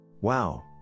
Wow